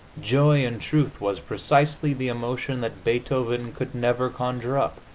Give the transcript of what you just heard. joy, in truth, was precisely the emotion that beethoven could never conjure up